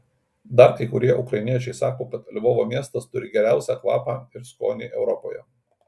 dar kai kurie ukrainiečiai sako kad lvovo miestas turi geriausią kvapą ir skonį europoje